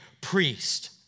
priest